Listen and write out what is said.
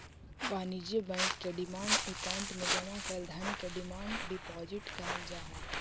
वाणिज्य बैंक के demand account में जमा कैल धन के डिमांड डिपॉजिट कहल जा हई